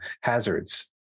hazards